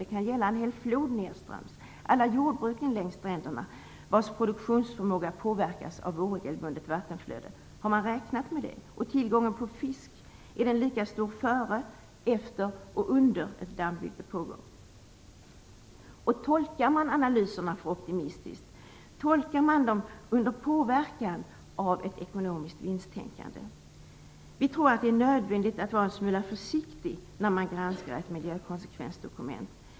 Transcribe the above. Det kan gälla en hel flod nedströms, alla jordbruk längs stränderna vars produktionsförmåga påverkas av oregelbundet vattenflöde. Har man räknat med det? Är tillgången på fisk lika stor före, efter och under det att ett dammbygge pågår? Tolkar man analyserna för optimistiskt? Tolkar men dem under påverkan av ett ekonomiskt vinsttänkande? Vi tror att det är nödvändigt att vara en smula försiktig när man granskar ett miljökonsekvensdokument.